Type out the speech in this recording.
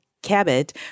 Cabot